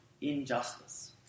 injustice